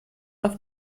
auf